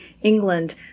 England